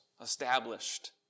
established